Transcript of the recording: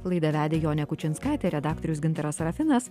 laidą vedė jonė kučinskaitė redaktorius gintaras sarafinas